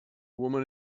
woman